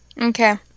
Okay